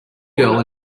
girl